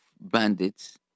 bandits